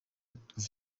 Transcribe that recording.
kuva